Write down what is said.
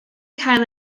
cael